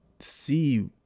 See